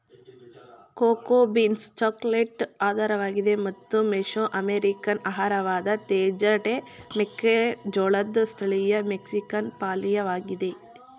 cocoa beans chocolate ಆಧಾರವಾಗಿದೆ ಮತ್ತು Mesoamerican ಆಹಾರವಾದ ತೇಜಟೆ ಮೆಕ್ಕೆಜೋಳದ್ ಸ್ಥಳೀಯ ಮೆಕ್ಸಿಕನ್ ಪಾನೀಯವಾಗಿದೆ